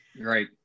right